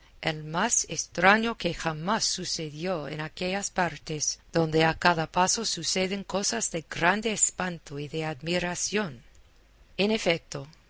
el más estraño que jamás sucedió en aquellas partes donde a cada paso suceden cosas de grande espanto y de admiración en efecto